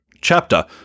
chapter